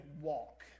walk